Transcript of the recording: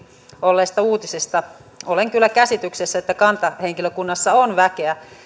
olleista uutisista olen kyllä käsityksessä että kantahenkilökunnassa on väkeä